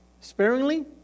sparingly